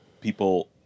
people